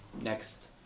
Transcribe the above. Next